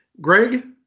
Greg